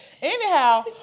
Anyhow